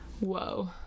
whoa